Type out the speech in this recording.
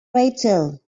rachel